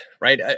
right